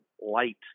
light